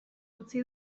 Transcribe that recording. utzi